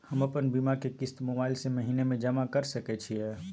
हम अपन बीमा के किस्त मोबाईल से महीने में जमा कर सके छिए?